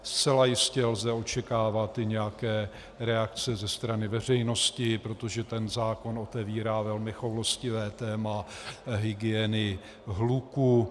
Zcela jistě lze očekávat i nějaké reakce ze strany veřejnosti, protože ten zákon otevírá velmi choulostivé téma hygieny hluku.